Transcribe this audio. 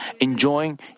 enjoying